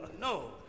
no